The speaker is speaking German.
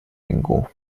bingo